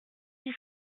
dix